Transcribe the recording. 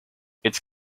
its